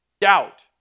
Doubt